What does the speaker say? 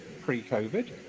pre-Covid